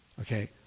Okay